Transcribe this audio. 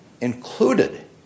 Included